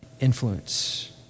influence